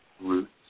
Roots